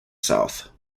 south